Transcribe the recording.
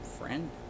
friend